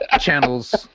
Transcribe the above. Channels